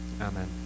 amen